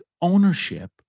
ownership